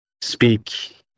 speak